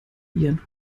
ihren